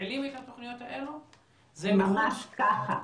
ממש ככה.